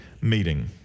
meeting